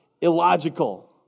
illogical